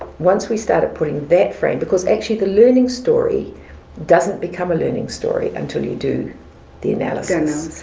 once we started putting that frame, because actually the learning story doesn't become a learning story until you do the analysis.